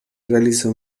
realizó